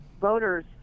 voters